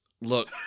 Look